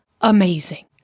amazing